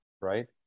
right